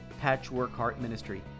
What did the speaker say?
patchworkheartministry